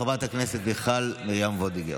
חברת הכנסת מיכל מרים וולדיגר.